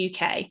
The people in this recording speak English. UK